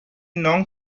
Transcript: non